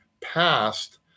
passed